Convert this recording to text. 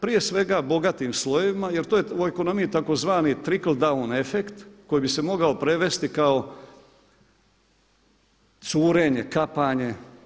Prije svega bogatim slojevima jer to je u ekonomiji tzv. trickle down efekt koji bi se mogao prevesti kao curenje, kapanje.